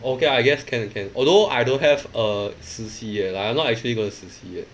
okay I guess can can although I don't have a 实习 eh like I'm not actually gonna 实习 yet